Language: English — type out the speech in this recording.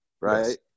right